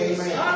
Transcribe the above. Amen